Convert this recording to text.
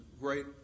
great